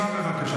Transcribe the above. נחכה ונראה.